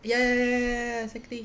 ya ya ya exactly